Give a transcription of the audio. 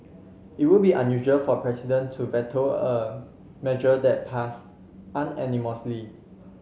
it would be unusual for a president to veto a measure that passed unanimously